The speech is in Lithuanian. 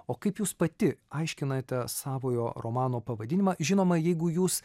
o kaip jūs pati aiškinate savojo romano pavadinimą žinoma jeigu jūs